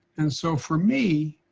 and, so, for me,